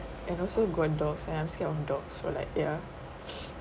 and also got dogs and I'm scared of dogs so like ya